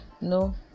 no